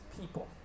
people